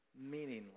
Meaningless